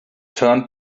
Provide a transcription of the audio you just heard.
turned